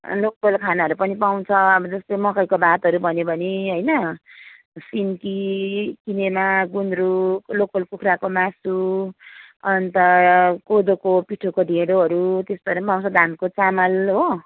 local खानाहरू पनि पाउँछ अब जस्तो मकैको भातहरू भन्यो भने होइन सिन्की किनेमा गुन्द्रुक लोकल कुखुराको मासु अन्त कोदोको पिठोको ढिँडोहरू त्यस्तोहरू पनि पाउँछ धानको चामल हो